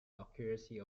accuracy